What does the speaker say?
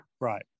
Right